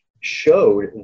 showed